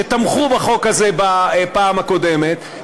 שתמכו בחוק הזה בפעם הקודמת,